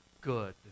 good